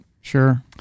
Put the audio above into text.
sure